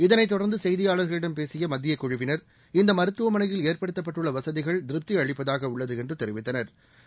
இதனைத் தொடர்ந்து செய்தியாளர்களிடம் பேசிய மத்திய குழுவினர் இந்த மருத்துவமனையில் ஏற்படுத்தப்பட்டுள்ள வசதிகள் திருப்தி அளிப்பதாக உள்ளது என்று தெரிவித்தனா்